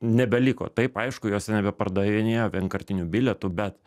nebeliko taip aišku juose nebepardavinėja vienkartinių bilietų bet